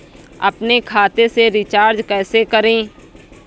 अपने खाते से रिचार्ज कैसे करें?